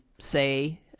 say